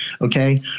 okay